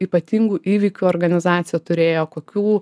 ypatingų įvykių organizacija turėjo kokių